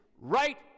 right